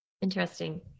Interesting